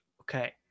Okay